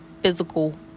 physical